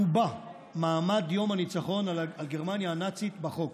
קובע מעמד יום הניצחון על גרמניה הנאצית בחוק.